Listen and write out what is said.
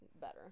better